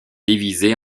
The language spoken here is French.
divisé